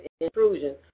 intrusion